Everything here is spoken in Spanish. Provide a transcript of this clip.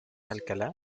alcalá